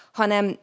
hanem